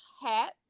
hats